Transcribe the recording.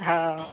हँ